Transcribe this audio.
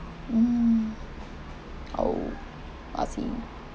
mm oh I see